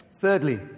Thirdly